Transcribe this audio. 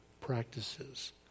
practices